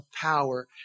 power